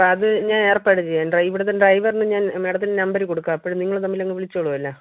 അപ്പം അത് ഞാൻ ഏർപ്പെടുത്തി ഇവിടുത്തെ ഡ്രൈവർ ന് ഞാൻ മേഡത്തിൻ്റെ നമ്പര് കൊടുക്കാം അപ്പഴ് നിങ്ങള് തമ്മിൽ അങ്ങ് വിളിച്ചോളുവല്ലോ